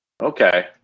Okay